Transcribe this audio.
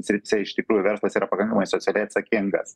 srityse iš tikrųjų verslas yra pakankamai socialiai atsakingas